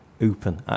open